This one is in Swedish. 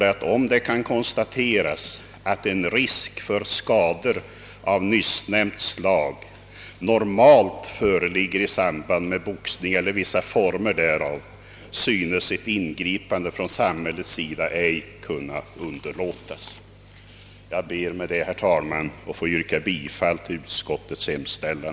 Det heter i detta: »Om det kan konstateras att en risk för skador av nyssnämnt slag normalt föreligger i samband med boxning eller vissa former därav synes ett ingripande från samhällets sida ej kunna underlåtas.» Jag ber med detta, herr talman, att få yrka bifall till utskottets hemställan.